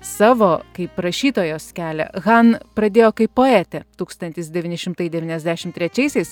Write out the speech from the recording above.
savo kaip rašytojos kelią han pradėjo kaip poetė tūkstantis devyni šimtai devyniasdršim trečiaisiais